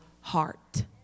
heart